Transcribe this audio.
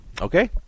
Okay